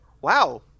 Wow